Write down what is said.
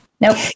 Nope